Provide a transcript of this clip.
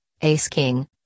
ace-king